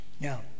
now